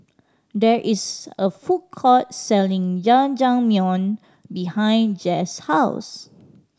there is a food court selling Jajangmyeon behind Jesse's house